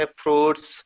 fruits